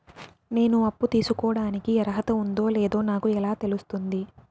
నేను అప్పు తీసుకోడానికి అర్హత ఉందో లేదో నాకు ఎలా తెలుస్తుంది?